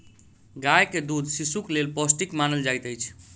गाय के दूध शिशुक लेल पौष्टिक मानल जाइत अछि